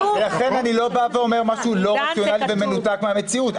לכן אני לא בא ואומר משהו לא רציונלי ומנותק מהמציאות,